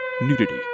nudity